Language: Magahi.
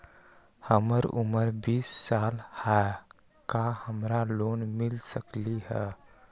हमर उमर बीस साल हाय का हमरा लोन मिल सकली ह?